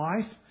life